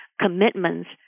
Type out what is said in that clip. commitments